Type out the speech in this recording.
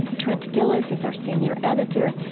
trent gilliss is our senior editor.